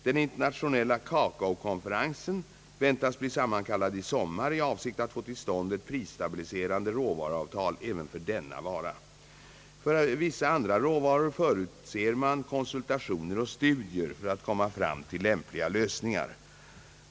Den internationella kakaokonferensen väntas bli sammankallad i sommar i avsikt att få till stånd ett prisstabiliserande råvaruavtal även för denna vara. För vissa andra råvaror förutser man konsultationer och studier för att komma fram till lämpliga lösningar.